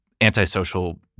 antisocial